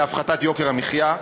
להפחתת יוקר המחיה.